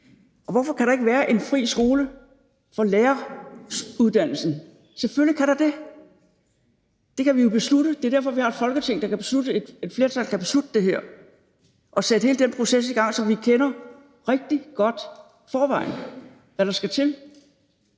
Hvorfor kan der ikke være en fri skole for læreruddannelsen? Selvfølgelig kan der det. Det kan vi jo beslutte; det er derfor, vi har et Folketing, hvor et flertal kan beslutte det her og sætte hele den proces i gang. Så vi ved rigtig godt i forvejen, hvad der skal til.